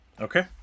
Okay